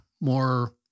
more